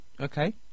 Okay